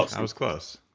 ah i was close